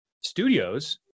studios